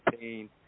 pain